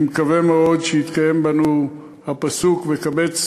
אני מקווה מאוד שיתקיים בנו הפסוק "וקבץ